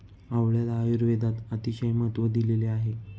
आवळ्याला आयुर्वेदात अतिशय महत्त्व दिलेले आहे